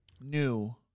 new